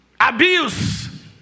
Abuse